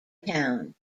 town